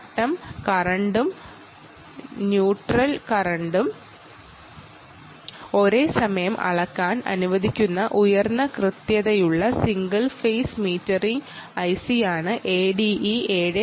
phase കറന്റും neutral കറന്റും ഒരേസമയം അളക്കാൻ അനുവദിക്കുന്ന ഉയർന്ന കൃത്യതയുള്ള സിംഗിൾ ഫേസ് മീറ്ററിംഗ് ഐസിയാണ് ADE7953